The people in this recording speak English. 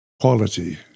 quality